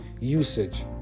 usage